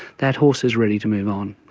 that horse is ready to move on,